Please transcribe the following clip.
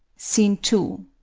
scene two.